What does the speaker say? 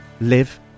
live